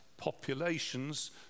Populations